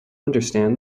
understand